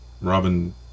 Robin